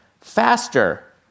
faster